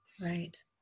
Right